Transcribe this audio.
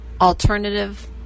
alternative